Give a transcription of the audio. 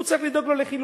הוא צריך לדאוג לו לחלופה,